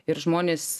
ir žmonės